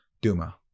Duma